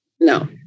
No